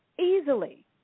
easily